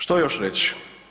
Što još reći?